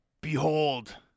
Behold